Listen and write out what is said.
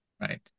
Right